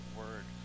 word